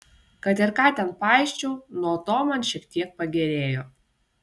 kad ir ką ten paisčiau nuo to man šiek tiek pagerėjo